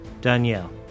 Danielle